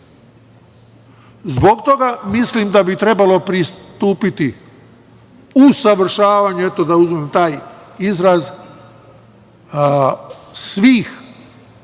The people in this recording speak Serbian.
toga mislim da bi trebalo pristupiti usavršavanju, eto, da uzmem taj izraz, svih